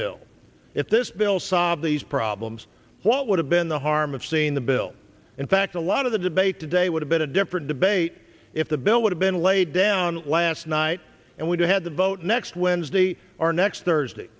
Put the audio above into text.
bill if this bill solve these problems what would have been the harm of seeing the bill in fact a lot of the debate today would have been a different debate if the bill would have been laid down last night and we'd had the vote next wednesday our next thursday